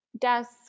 desk